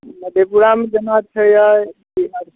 मधेपुरामे जेना छै